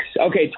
Okay